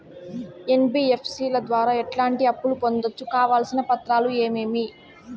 NBFC ల ద్వారా ఎట్లాంటి అప్పులు పొందొచ్చు? కావాల్సిన పత్రాలు ఏమేమి?